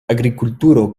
agrikulturo